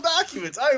documents